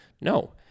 No